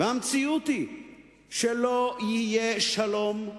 והמציאות היא שלא יהיה שלום,